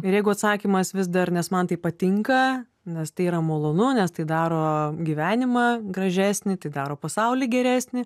ir jeigu atsakymas vis dar nes man tai patinka nes tai yra malonu nes tai daro gyvenimą gražesnį tai daro pasaulį geresnį